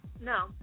No